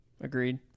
agreed